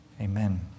Amen